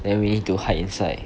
then we need to hide inside